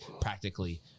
practically